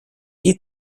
eat